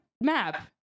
map